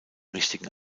richtigen